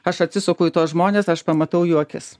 aš atsisuku į tuos žmones aš pamatau jų akis